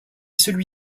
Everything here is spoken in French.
celui